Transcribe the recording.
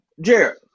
Jared